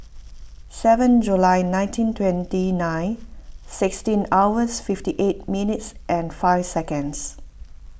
seven July nineteen twenty nine sixteen hours fifty eight minutes and five seconds